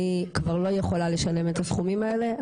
אני כבר לא יכולה לשלם את הסכומים האלה.